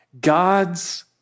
God's